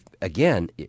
again